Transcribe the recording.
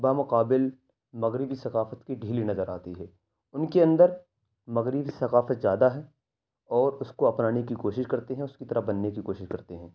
با مقابل مغربی ثقافت کے ڈھیلی نظر آتی ہے ان کے اندر مغربی ثقافت زیادہ ہے اور اس کو اپنانے کی کوشش کرتے ہیں اور اس کی طرح بننے کی کوشش کرتے ہیں